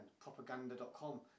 Propaganda.com